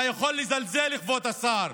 אתה יכול לזלזל, כבוד השר,